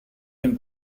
dem